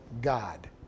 God